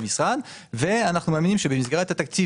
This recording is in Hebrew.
המשרד ואנחנו מאמינים שבמסגרת התקציב